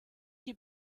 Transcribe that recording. die